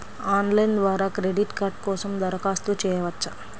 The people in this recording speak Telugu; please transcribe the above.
ఆన్లైన్ ద్వారా క్రెడిట్ కార్డ్ కోసం దరఖాస్తు చేయవచ్చా?